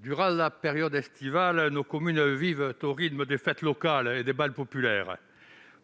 durant la période estivale, nos communes vivent au rythme des fêtes locales et des bals populaires,